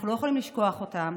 אנחנו לא יכולים לשכוח אותם,